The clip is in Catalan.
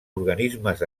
organismes